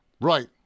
Right